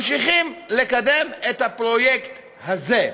אבל ממשיכים לקדם את הפרויקט הזה.